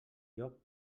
joc